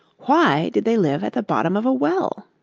why did they live at the bottom of a well